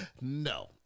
No